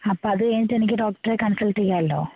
അപ്പം അത് കഴിഞ്ഞിട്ട് എനിക്ക് ഡോക്ടറെ കോൺസൾട്ട് ചെയ്യാമല്ലോ